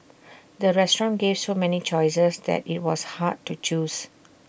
the restaurant gave so many choices that IT was hard to choose